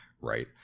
right